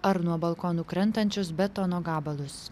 ar nuo balkonų krentančius betono gabalus